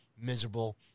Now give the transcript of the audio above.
miserable